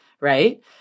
Right